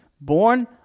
born